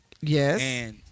Yes